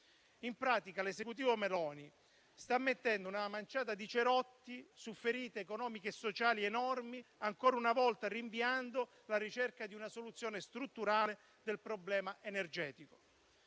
In pratica, l'Esecutivo Meloni sta mettendo una manciata di cerotti su ferite economiche e sociali enormi, rinviando ancora una volta la ricerca di una soluzione strutturale del problema energetico.